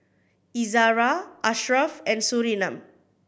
Izzara Ashraf and Surinam